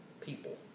people